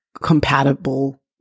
compatible